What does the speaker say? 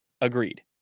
Agreed